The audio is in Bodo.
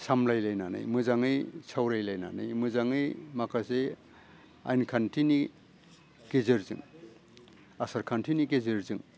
सामलायलायनानै मोजाङै सावरायलायनानै मोजाङै माखासे आयेन खान्थिनि गेजेरजों आसार खान्थिनि गेजेरजों